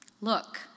Look